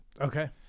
Okay